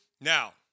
now